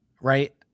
Right